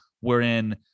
wherein